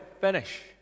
finish